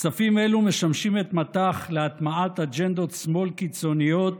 כספים אלו משמשים את מט"ח להטמעת אג'נדות שמאל קיצוניות